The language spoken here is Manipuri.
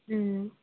ꯎꯝ